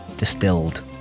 distilled